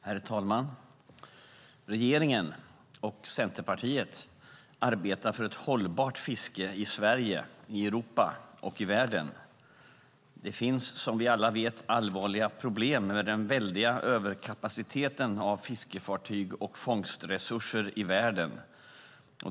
Herr talman! Regeringen - och Centerpartiet - arbetar för ett hållbart fiske i Sverige, i Europa och i världen. Det finns, som vi alla vet, allvarliga problem med den väldiga överkapaciteten av fiskefartyg och fångstresurser i världen.